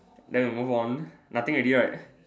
then we move on nothing already right